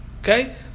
Okay